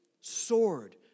sword